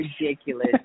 ridiculous